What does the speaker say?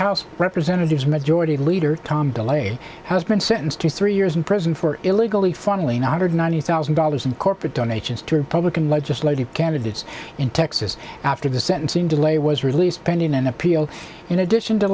house of representatives majority leader tom de lay has been sentenced to three years in prison for illegally funneling nine hundred ninety thousand dollars in corporate donations to republican legislative candidates in texas after the sentencing delay was released pending an appeal in addition